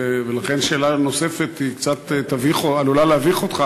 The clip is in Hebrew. ולכן שאלה נוספת קצת עלולה להביך אותך,